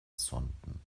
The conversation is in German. sonden